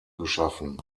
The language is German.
geschaffen